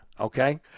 Okay